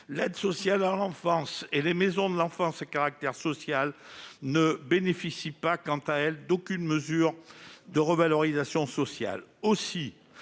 L'aide sociale à l'enfance et les maisons de l'enfance à caractère social ne bénéficient, quant à elles, d'aucune mesure de revalorisation.